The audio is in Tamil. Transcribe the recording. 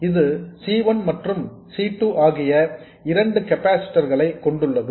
இது C 1 மற்றும் C 2 ஆகிய இரண்டு கெபாசிட்டர்ஸ் கொண்டுள்ளது